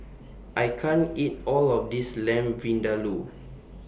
I can't eat All of This Lamb Vindaloo